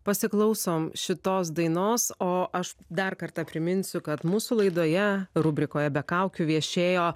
pasiklausom šitos dainos o aš dar kartą priminsiu kad mūsų laidoje rubrikoje be kaukių viešėjo